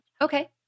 Okay